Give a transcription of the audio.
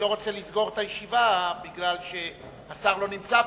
רוצה לסגור את הישיבה כי השר לא נמצא פה,